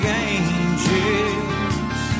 angels